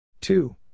two